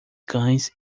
cães